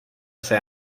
sea